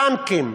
טנקים.